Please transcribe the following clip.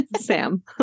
Sam